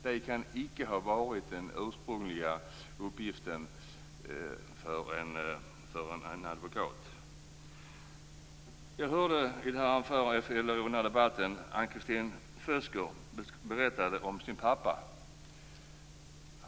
Det kan inte ha varit den ursprungliga uppgiften för en advokat. Tidigare under den här debatten hörde jag Ann Kristin Føsker berätta om sin pappa.